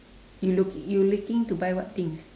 you looking you looking to buy what things